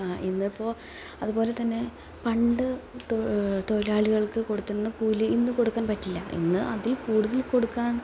ഇന്നിപ്പോൾ അതുപോലെത്തന്നെ പണ്ട് തൊഴിലാളികൾക്ക് കൊടുത്തിരുന്ന കൂലി ഇന്ന് കൊടുക്കാൻ പറ്റില്ല ഇന്ന് അതിൽക്കൂടുതൽ കൊടുക്കാൻ